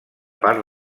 part